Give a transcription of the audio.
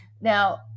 Now